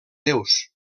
déus